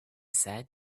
said